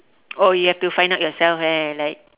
oh you have to find out yourself eh like